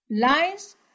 lines